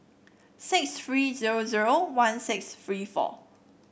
six three zero zero one six three four